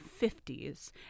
50s